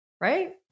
right